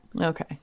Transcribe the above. Okay